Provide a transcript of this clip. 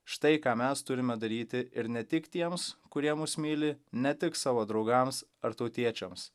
štai ką mes turime daryti ir ne tik tiems kurie mus myli ne tik savo draugams ar tautiečiams